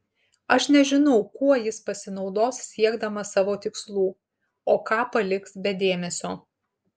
aš nežinau kuo jis pasinaudos siekdamas savo tikslų o ką paliks be dėmesio